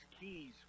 keys